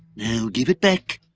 now give it back.